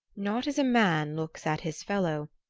not as a man looks at his fellow,